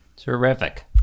Terrific